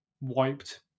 wiped